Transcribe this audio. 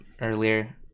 earlier